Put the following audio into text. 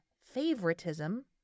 favoritism